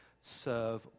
serve